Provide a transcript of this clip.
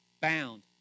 bound